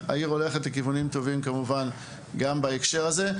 העיר הולכת לכיוונים טובים גם בהקשר הזה.